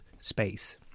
space